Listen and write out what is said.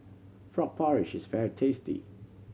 frog porridge is very tasty